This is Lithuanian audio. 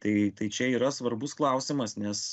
tai tai čia yra svarbus klausimas nes